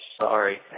Sorry